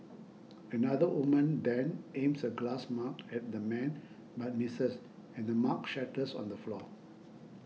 another woman then aims a glass mug at the man but misses and the mug shatters on the floor